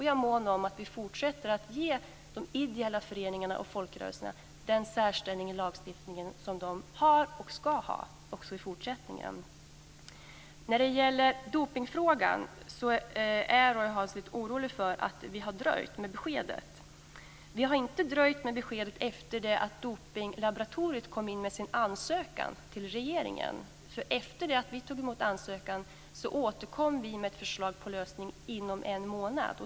Jag är mån om att vi fortsätter att ge de ideella föreningarna och folkrörelserna den särställning i lagstiftningen som de har och ska ha också i fortsättningen. När det gäller dopningsfrågan är Roy Hansson lite orolig över att vi har dröjt med beskedet. Vi har inte dröjt med beskedet efter det att Dopingslaboratoriet kom in med sin ansökan till regeringen. Efter det att vi tog emot ansökan återkom vi med förslag till lösning inom en månad.